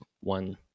one